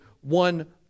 one